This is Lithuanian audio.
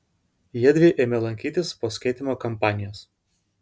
jiedvi ėmė lankytis po skaitymo kampanijos